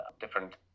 different